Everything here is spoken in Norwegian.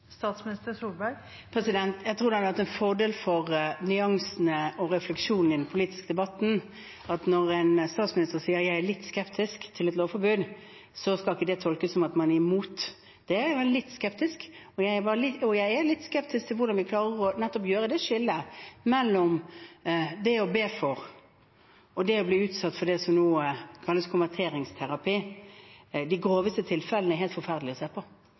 Jeg tror det hadde vært en fordel for nyansene og refleksjonene i den politiske debatten at når en statsminister sier at man er litt skeptisk til et lovforbud, skal det ikke tolkes som at man er imot det. Jeg var litt skeptisk, og jeg er litt skeptisk til hvordan vi skal klare å skille nettopp mellom det å bli bedt for og det å bli utsatt for det som nå kalles konverteringsterapi. De groveste tilfellene er helt forferdelig å se på.